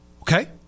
Okay